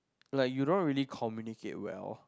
like you don't really communicate well